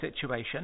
situation